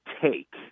take